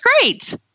great